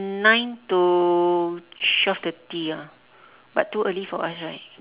nine to twelve thirty ah but too early for us right